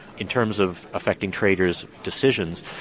in terms of affecting traders' decisions,